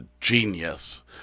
genius